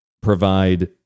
provide